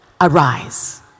arise